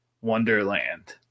wonderland